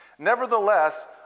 Nevertheless